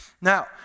Now